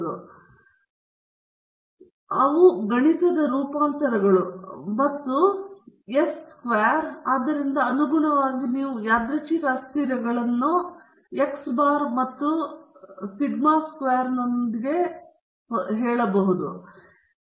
ಮತ್ತು ಅವು x ನ x ಗಣಿತದ ಗಣಿತದ ರೂಪಾಂತರಗಳು ಮತ್ತು s ವರ್ಗ ಮತ್ತು ಆದ್ದರಿಂದ ಅನುಗುಣವಾಗಿ ನೀವು ಹೊಸ ಯಾದೃಚ್ಛಿಕ ಅಸ್ಥಿರಗಳ x ಬಾರ್ ಮತ್ತು ಸ್ಕ್ವೇರ್ಗಳೊಂದಿಗೆ ಸಂಭವನೀಯತೆಯ ವಿತರಣೆಯನ್ನು ಸಹ ಹೊಂದಿದ್ದೀರಿ